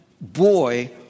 boy